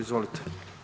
Izvolite.